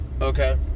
okay